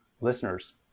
listeners